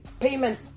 payment